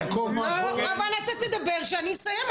תדבר כשאני אסיים.